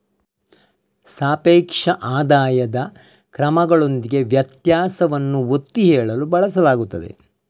ಸಾಪೇಕ್ಷ ಆದಾಯದ ಕ್ರಮಗಳೊಂದಿಗೆ ವ್ಯತ್ಯಾಸವನ್ನು ಒತ್ತಿ ಹೇಳಲು ಬಳಸಲಾಗುತ್ತದೆ